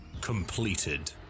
completed